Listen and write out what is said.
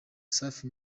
safi